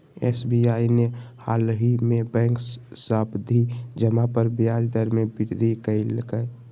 SBI ने हालही में बैंक सावधि जमा पर ब्याज दर में वृद्धि कइल्कय